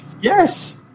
Yes